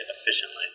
efficiently